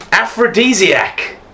aphrodisiac